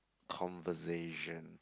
conversation